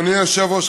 אדוני היושב-ראש,